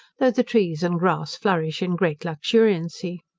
though the trees and grass flourish in great luxuriancy.